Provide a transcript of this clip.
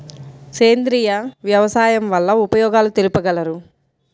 సేంద్రియ వ్యవసాయం వల్ల ఉపయోగాలు తెలుపగలరు?